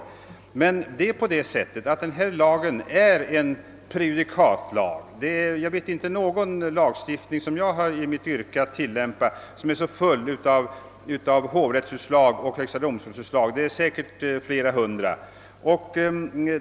Denna lag är emellertid en prejudikatlag. Jag känner inte till någon lag som jag har att tillämpa i mitt yrke som är så full av hovrättsoch högstadomstolsutslag; de är säkert flera hundra.